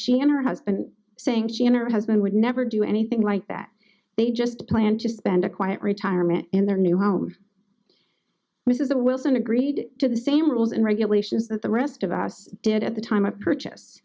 she and her husband saying she and her husband would never do anything like that they just planned to spend a quiet retirement in their new home which is the wilson agreed to the same rules and regulations that the rest of us it at the time of purchase